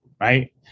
right